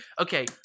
okay